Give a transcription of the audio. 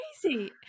crazy